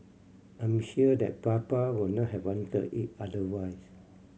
I'm sure that Papa would not have wanted it otherwise